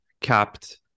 capped